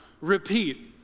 repeat